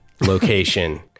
location